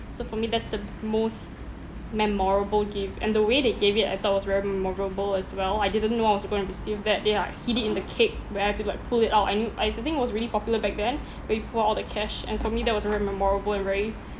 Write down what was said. so for me that's the most memorable gift and the way they gave it I thought was very memorable as well I didn't know I was going to receive that they like hid it in the cake where I've to like pull it out I knew I the thing was really popular back then where you put all the cash and for me that was very memorable and very